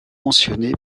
mentionné